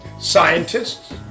scientists